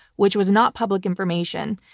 which was not public information.